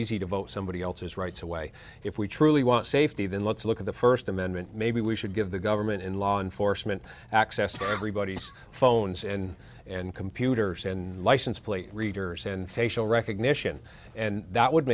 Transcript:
easy to vote somebody else's rights away if we truly want safety then let's look at the first amendment maybe we should give the government and law enforcement access to everybody's phones and and computers and license plate readers and facial recognition and that would